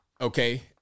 okay